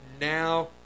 now